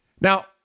now